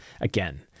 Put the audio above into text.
Again